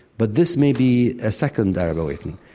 but this may be a second arab awakening.